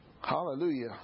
Hallelujah